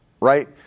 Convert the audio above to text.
right